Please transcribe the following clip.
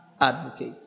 advocate